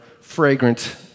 fragrant